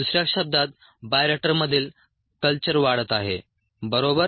दुसऱ्या शब्दांत बायोरिएक्टरमधील कल्चर वाढत आहे बरोबर